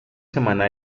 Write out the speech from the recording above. semana